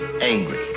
angry